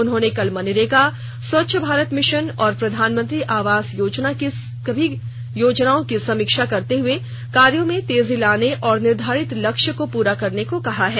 उन्होंने कल मनरेगा स्वच्छ भारत मिशन और प्रधानमंत्री आवास योजना की समीक्षा करते हुए कार्य में तेजी लाने और निर्धारित लक्ष्य पूरा करने को कहा है